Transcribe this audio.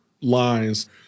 lines